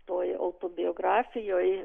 toj autobiografijoj